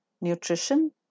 nutrition